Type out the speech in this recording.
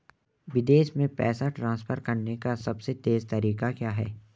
विदेश में पैसा ट्रांसफर करने का सबसे तेज़ तरीका क्या है?